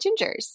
Gingers